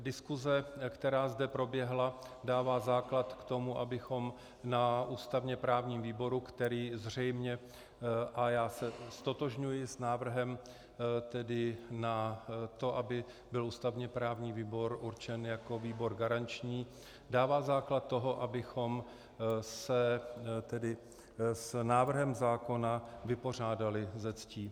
Diskuse, která zde proběhla, dává základ k tomu, abychom na ústavněprávním výboru, který zřejmě, a já se ztotožňuji s návrhem na to, aby byl ústavněprávní výbor určen jako výbor garanční, dává základ toho, abychom se s návrhem zákona vypořádali se ctí.